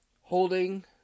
holding